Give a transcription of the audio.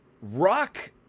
rock